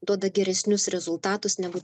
duoda geresnius rezultatus negu